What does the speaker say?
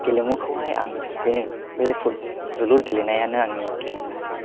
गेलेमुखौहाय आं बेनो बे फुट जोलुर गेलेनायानो आंनि गेलेमु